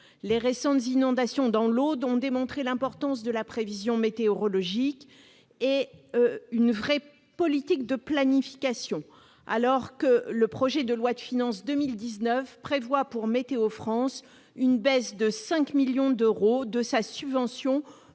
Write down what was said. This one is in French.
Les récentes inondations dans l'Aude ont démontré l'importance de la prévision météorologique et d'une vraie politique de planification. Or le projet de loi de finances pour 2019 prévoit pour Météo France une baisse de 5 millions d'euros de sa subvention